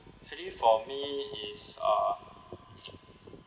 actually for me is uh